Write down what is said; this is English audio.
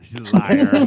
Liar